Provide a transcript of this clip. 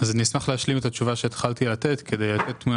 אז אני אשמח להשלים את התשובה שהתחלתי לתת כדי לתת תמונה